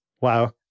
Wow